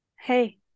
Hey